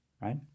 right